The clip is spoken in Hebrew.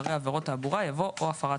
אחרי "עבירות תעבורה" יבוא "או הפרות